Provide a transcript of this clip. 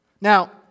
Now